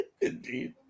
Indeed